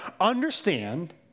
understand